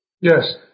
Yes